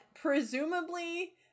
presumably